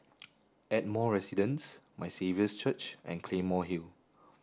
Ardmore Residence My Saviour's Church and Claymore Hill